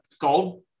gold